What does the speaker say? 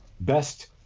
best